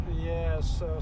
Yes